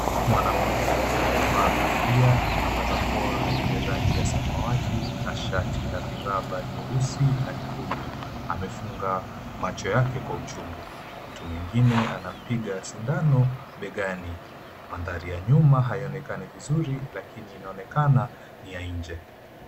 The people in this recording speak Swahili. Mwanamume amevaa kofia na barakoa yenye rangi ya samawati, na shati la miraba nyeusi na nyekundu, amefunga macho yake kwa uchungu. Mtu mwingine anampiga sindano begani. Mandhari ya nyuma haionekani vizuri lakini inaonekana ni ya nje.